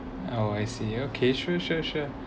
oh I see okay sure sure sure